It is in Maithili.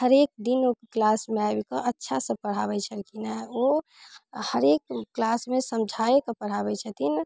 हरेक दिन ओ क्लासमे आबिकऽ अच्छासँ पढ़ाबै छलखिन हँ ओ हरेक क्लासमे समझाये कऽ पढ़ाबै छथिन